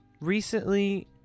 recently